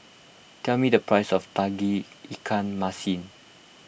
tell me the price of Tauge Ikan Masin